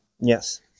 Yes